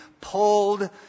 pulled